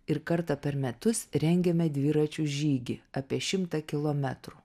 ir kartą per metus rengiame dviračių žygį apie šimtą kilometrų